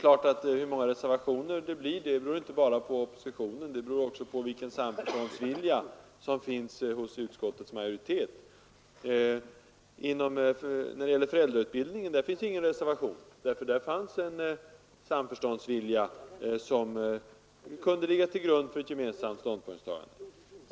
Men hur många reservationer det blir beror inte bara på oppositionen, utan också på vilken samförståndsvilja som finns hos utskottets majoritet. När det gäller föräldrautbildningen föreligger ingen reservation, för där fanns det en samförståndsvilja som kunde ligga till grund för en gemensam skrivning.